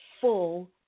full